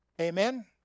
Amen